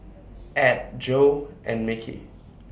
Add Jo and Mickey